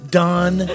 done